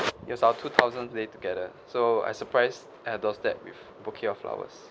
it was our two thousandth date together so I surprised at her doorstep with bouquet of flowers